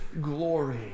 glory